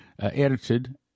edited